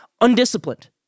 undisciplined